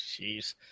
jeez